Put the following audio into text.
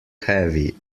heavy